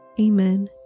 Amen